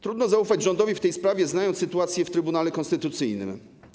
Trudno zaufać rządowi w tej sprawie, znając sytuację w Trybunale Konstytucyjnym.